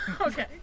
Okay